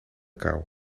kou